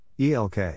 ELK